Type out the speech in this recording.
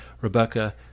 Rebecca